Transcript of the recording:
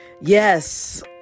Yes